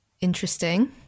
Interesting